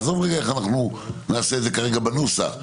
עזוב איך אנחנו נעשה את זה כרגע בנוסח.